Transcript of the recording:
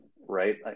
right